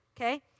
okay